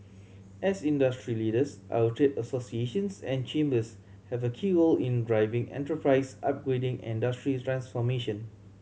as industry leaders our trade associations and chambers have a key role in driving enterprise upgrading and industry transformation